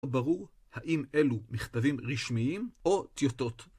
לא ברור האם אלו מכתבים רשמיים או טיוטות.